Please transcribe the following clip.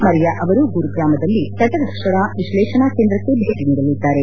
Maria ಅವರು ಗುರುಗ್ರಾಮದಲ್ಲಿ ತಟ ರಕ್ಷಣಾ ವಿಶ್ಲೇಷಣಾ ಕೇಂದ್ರಕ್ಕೆ ಭೇಟಿ ನೀಡಲಿದ್ದಾರೆ